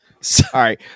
sorry